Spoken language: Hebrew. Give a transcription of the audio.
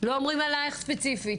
לא אומרים עליך ספציפית.